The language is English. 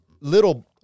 little